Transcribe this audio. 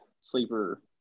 sleeper